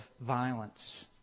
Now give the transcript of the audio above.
violence